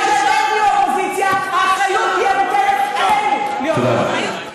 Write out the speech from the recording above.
גם כשאתם תהיו אופוזיציה האחריות תהיה המוטלת עלינו להיות ממלכתיים.